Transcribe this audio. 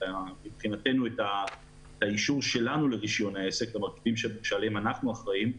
את האישור שלנו לרישיון העסק במרכיבים שעליהם אנחנו אחראים.